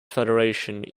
federation